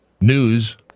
news